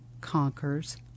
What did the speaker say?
Conquers